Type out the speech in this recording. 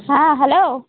ᱦᱚᱸ ᱦᱮᱞᱳ